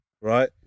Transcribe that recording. right